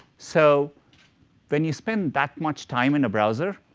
so when you spend that much time in a browser,